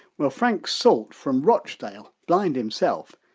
well frank salt, from rochdale, blind himself,